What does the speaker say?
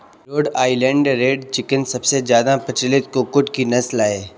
road Island Red chicken सबसे ज्यादा प्रचलित कुक्कुट की नस्ल है